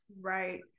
Right